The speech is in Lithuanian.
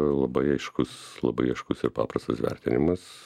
labai aiškus labai aiškus ir paprastas vertinimas